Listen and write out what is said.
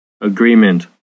AGREEMENT